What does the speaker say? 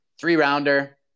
Three-rounder